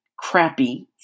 Crappy